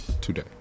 today